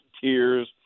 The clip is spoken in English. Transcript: tears